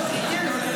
אין חוק?